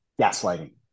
Gaslighting